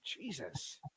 Jesus